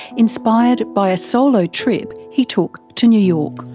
inspired by a solo trip he took to new york.